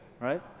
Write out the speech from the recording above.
right